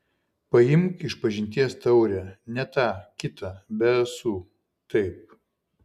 paimk išpažinties taurę ne tą kitą be ąsų taip